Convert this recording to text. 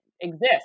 exist